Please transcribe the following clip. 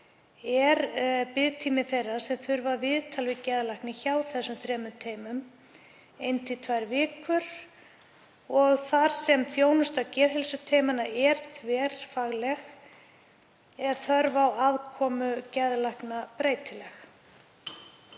er biðtími þeirra sem þurfa viðtal við geðlækni hjá þessum þremur teymum ein til tvær vikur og þar sem þjónusta geðheilsuteymanna er þverfagleg er þörf á aðkomu geðlækna breytileg.